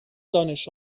دانش